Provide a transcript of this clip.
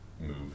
move